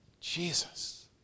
Jesus